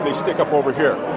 stick up over here.